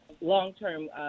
long-term